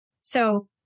So-